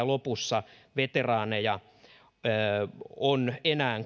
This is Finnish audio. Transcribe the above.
lopussa veteraaneja on enää